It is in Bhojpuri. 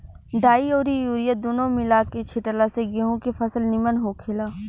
डाई अउरी यूरिया दूनो मिला के छिटला से गेंहू के फसल निमन होखेला